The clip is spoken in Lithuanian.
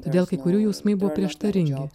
todėl kai kurių jausmai buvo prieštaringi